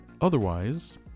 Otherwise